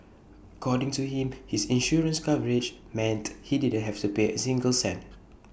according to him his insurance coverage meant he didn't have to pay A single cent